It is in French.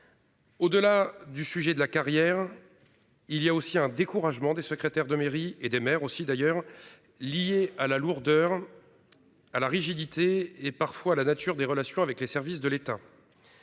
Au-delà du sujet de la carrière. Il y a aussi un découragement des secrétaires de mairie et des mères aussi d'ailleurs liés à la lourdeur. À la rigidité et parfois la nature des relations avec les services de l'État.